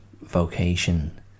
vocation